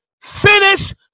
finish